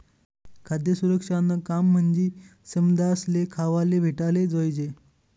खाद्य सुरक्षानं काम म्हंजी समदासले खावाले भेटाले जोयजे